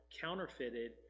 counterfeited